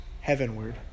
heavenward